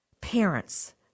parents